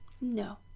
No